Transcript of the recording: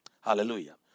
Hallelujah